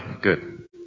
good